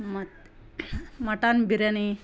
ಮತ್ತು ಮಟನ್ ಬಿರ್ಯಾನಿ